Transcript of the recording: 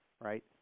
right